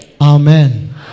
Amen